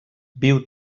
viu